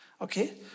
Okay